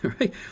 right